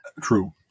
True